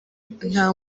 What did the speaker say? nta